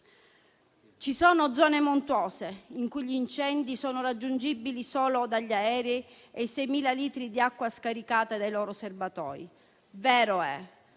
Ci sono zone montuose in cui gli incendi sono raggiungibili solo dagli aerei e dai 6.000 litri di acqua scaricata dai loro serbatoi. È vero